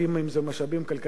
אם זה משאבים כלכליים,